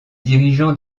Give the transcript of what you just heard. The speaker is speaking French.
dirigeants